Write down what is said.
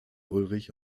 ulrich